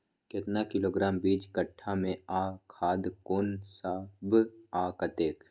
केतना किलोग्राम बीज कट्ठा मे आ खाद कोन सब आ कतेक?